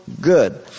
good